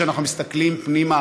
כשאנחנו מסתכלים פנימה,